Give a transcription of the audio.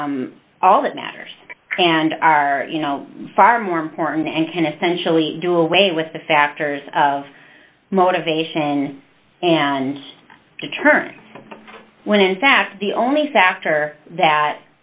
are all that matters and are you know far more important and can essentially do away with the factors of motivation and determine when in fact the only factor that